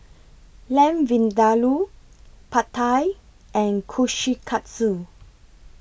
Lamb Vindaloo Pad Thai and Kushikatsu